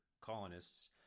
colonists